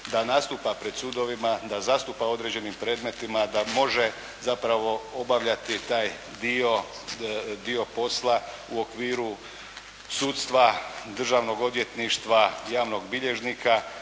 da nastupa pred sudovima, da zastupa određenim predmetima, a može zapravo obavljati taj dio posla u okviru sudstva, državnog odvjetništva, javnog bilježnika